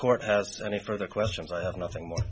court has any further questions i have nothing more